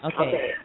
Okay